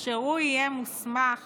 והוא יהיה מוסמך